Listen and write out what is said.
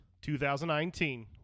2019